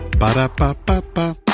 Ba-da-ba-ba-ba